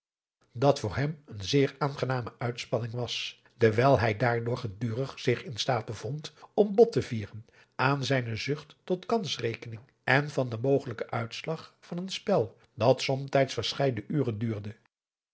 dat voor hem een zeer aangename uitspanning was dewijl hij daardoor gedurig zich in staat bevond om bot te vieren aan zijne zucht tot kansrekening en van den mogelijken uitslag van een spel dat somtijds verscheiden uren duurde